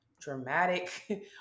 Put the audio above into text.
dramatic